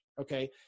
Okay